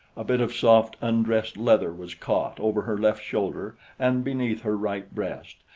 a bit of soft, undressed leather was caught over her left shoulder and beneath her right breast,